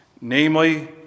Namely